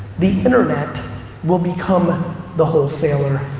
the internet will become the wholesaler,